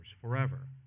forever